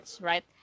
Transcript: right